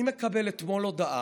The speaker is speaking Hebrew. אני מקבל אתמול הודעה: